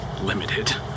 limited